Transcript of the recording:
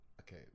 okay